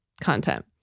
content